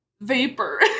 vapor